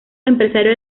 empresario